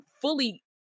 fully